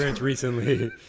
recently